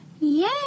Yay